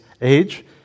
age